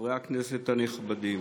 חברי הכנסת הנכבדים,